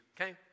okay